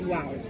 Wow